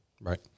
Right